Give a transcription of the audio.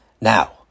Now